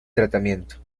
tratamiento